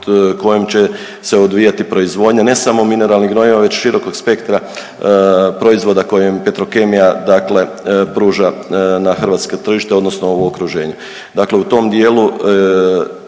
kojim će se odvijati proizvodnja ne samo mineralnih gnojiva već širokog spektra proizvoda koje Petrokemija dakle pruža na hrvatska tržišta odnosno u okruženju, dakle u tom dijelu